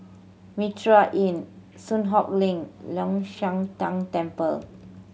Mitraa Inn Soon Hock Lane Long Shan Tang Temple